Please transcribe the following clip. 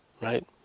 right